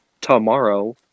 tomorrow